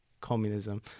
communism